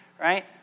right